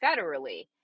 federally